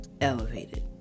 elevated